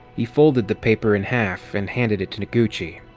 he folded the paper in half and handed it to noguchi.